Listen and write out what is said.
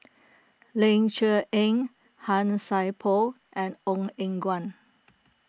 Ling Cher Eng Han Sai Por and Ong Eng Guan